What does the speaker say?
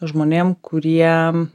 žmonėm kurie